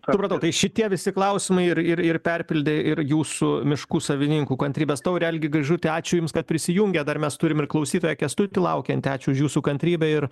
supratau tai šitie visi klausimai ir ir ir perpildė ir jūsų miškų savininkų kantrybės taurę algi gaižuti ačiū jums kad prisijungėt dar mes turim ir klausytoją kęstutį laukiantį ačiū už jūsų kantrybę ir